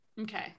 Okay